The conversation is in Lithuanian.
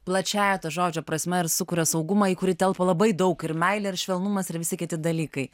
plačiąja to žodžio prasme ir sukuria saugumą į kurį telpa labai daug ir meilė ir švelnumas ir visi kiti dalykai